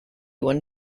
went